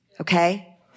okay